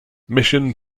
mission